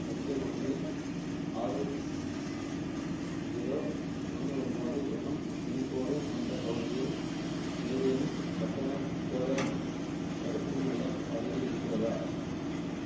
ரெண்டு ஒன்று ஆறு ஜீரோ ஒன்று ஒம்பது எனும் பின்கோடு கொண்ட பகுதியில் ஏதேனும் கட்டண கோவேக்ஸ் தடுப்பு மையம் அருகில் இருக்கிறதா